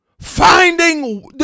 Finding